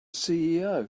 ceo